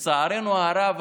לצערנו הרב,